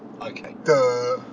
Okay